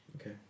Okay